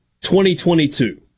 2022